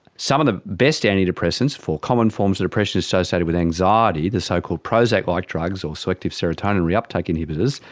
some of the best antidepressants for common forms of depression associated with anxiety, the so-called prozac-like drugs or selective serotonin reuptake inhibitors,